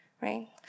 Right